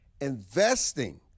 investing